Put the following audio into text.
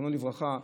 זיכרונו לברכה,